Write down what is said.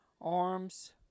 arms